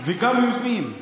וגם יוזמים.